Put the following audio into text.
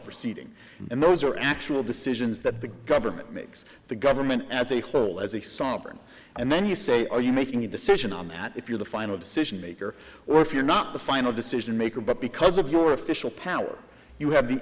proceeding and those are actual decisions that the government makes the government as a whole as a sovereign and then you say are you making a decision on that if you're the final decision maker or if you're not the final decision maker but because of your official power you have the